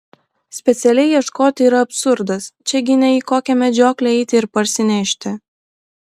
specialiai ieškoti yra absurdas čia gi ne į kokią medžioklę eiti ir parsinešti